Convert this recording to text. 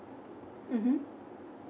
mmhmm